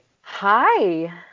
Hi